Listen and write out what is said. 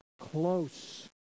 close